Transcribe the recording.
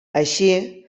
així